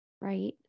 Right